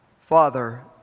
Father